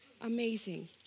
amazing